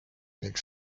ning